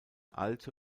alte